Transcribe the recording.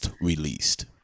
released